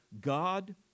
God